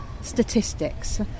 statistics